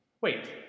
Wait